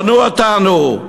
הונו אותנו,